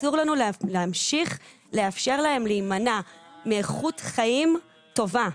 אסור לנו להמשיך לאפשר להם להימנע מאיכות חיים טובה.